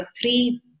three